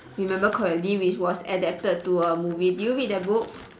remember correctly which was adapted to a movie did you read that book